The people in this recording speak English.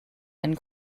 and